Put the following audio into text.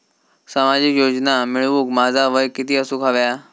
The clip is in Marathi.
सामाजिक योजना मिळवूक माझा वय किती असूक व्हया?